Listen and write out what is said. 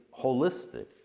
holistic